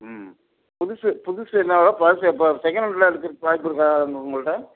ம் புதுசு புதுசு என்ன விலை பழசு எப்போ சகெணட்டெலாம் எடுக்கிருதுக்கு வாய்ப்பிருக்கா உங்கள்ட்ட